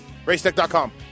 Racetech.com